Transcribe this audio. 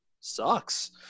sucks